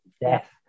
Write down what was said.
death